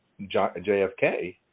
JFK